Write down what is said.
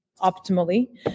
optimally